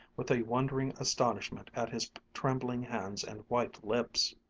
with a wondering astonishment at his trembling hands and white lips.